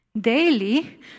daily